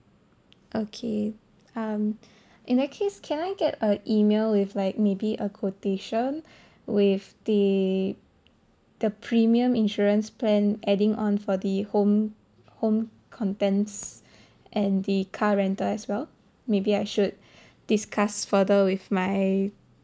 okay um in that case can I get a email with like maybe a quotation with the the premium insurance plan adding on for the home home contents and the car rental as well maybe I should discuss further with my